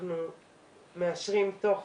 אנחנו מאשרים תוך